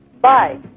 Bye